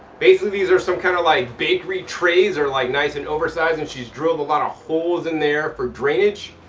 basically these are some kind of like bakery trays and are like nice and oversized and she's drilled a lot of holes in there for drainage.